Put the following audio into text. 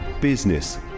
Business